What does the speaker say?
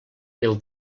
mil